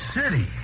City